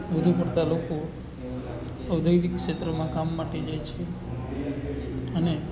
વધુ પડતાં લોકો ઔદ્યોગિક ક્ષેત્રમાં કામ માટે જાય છે અને